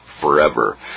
forever